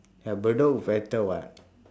ya bedok better [what]